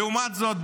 ולעומת זאת,